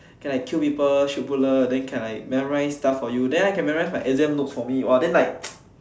can like kill people shoot bullet then can like memorise stuff for you then I can memorise my exam notes for me !wah! then like